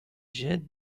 jette